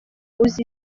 uzi